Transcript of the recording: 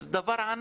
זה דבר ענק,